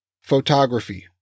Photography